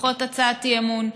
פחות הצעת אי-אמון.